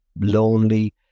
lonely